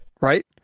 right